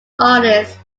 artists